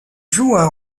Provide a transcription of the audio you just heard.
jouent